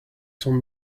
son